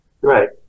Right